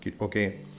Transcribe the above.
Okay